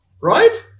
right